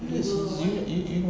you you you